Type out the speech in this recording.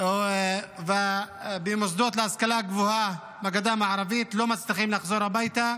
או במוסדות להשכלה גבוהה בגדה המערבית לא מצליחים לחזור הביתה,